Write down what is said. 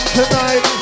tonight